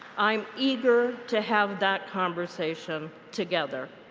i'm eager to have that conversation together.